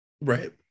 right